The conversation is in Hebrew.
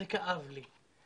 זה כאב לי.